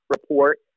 report